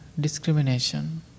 discrimination